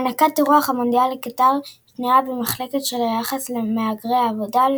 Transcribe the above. הענקת אירוח המונדיאל לקטר שנויה במחלוקת בשל היחס למהגרי עבודה,